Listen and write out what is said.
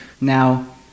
Now